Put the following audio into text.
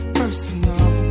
personal